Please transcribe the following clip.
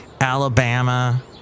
Alabama